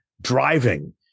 driving